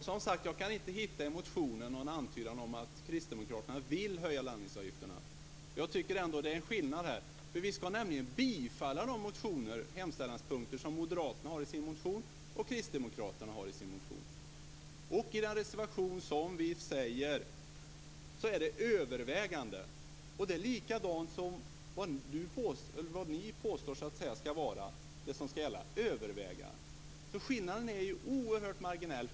Fru talman! Som sagt kan jag inte i motionen hitta någon antydan om att kristdemokraterna vill höja landningsavgifterna. Jag tycker ändå att det är en skillnad här, för vi ska nämligen bifalla de hemställanspunkter som moderaterna och kristdemokraterna har i sina motioner. I vår reservation talar vi om att överväga en höjning av avgiftsnivån. Det är samma sak som ni påstår ska gälla. Skillnaden är alltså oerhört marginell.